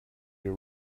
you